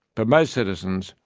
but most citizens,